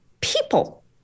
People